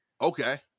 Okay